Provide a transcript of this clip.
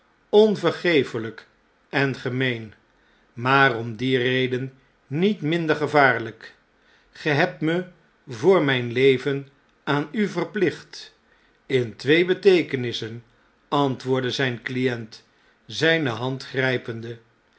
vervolging onvergeeflp engemeen maar om die reden niet minder gevaarlijk ge hebt me voor rap leven aan u verplicht in twee beteekenissen antwoordde zp client zpe hand grn'pende